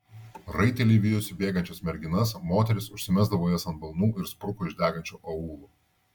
raiteliai vijosi bėgančias merginas moteris užsimesdavo jas ant balnų ir spruko iš degančio aūlo